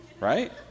right